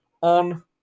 On